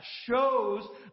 shows